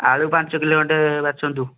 ଆଳୁ ପାଞ୍ଚ କିଲୋ ଖଣ୍ଡେ ବାଛନ୍ତୁ